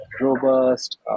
robust